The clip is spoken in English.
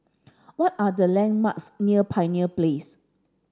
what are the landmarks near Pioneer Place